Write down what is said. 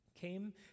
came